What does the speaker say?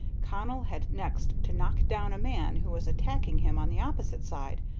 connell had next to knock down a man who was attacking him on the opposite side,